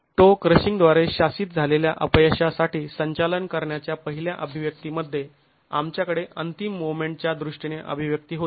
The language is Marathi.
टो क्रशिंगद्वारे शासित झालेल्या अपयशासाठी संचालन करण्याच्या पहिल्या अभिव्यक्तीमध्ये आमच्याकडे अंतिम मोमेंटच्या दृष्टीने अभिव्यक्ती होती